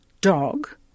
dog